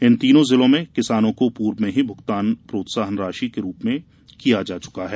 इन तीनों जिलों के किसानों को पूर्व में ही भुगतान प्रोत्साहन राशि के रूप में किया जा चुका है